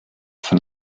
von